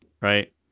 Right